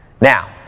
Now